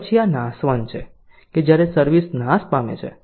અને પછી આ નાશવંત છે કે જ્યારે સર્વિસ નાશ પામે છે